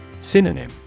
Synonym